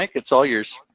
it's all yours.